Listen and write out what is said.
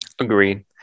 Agreed